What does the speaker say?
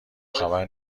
خبر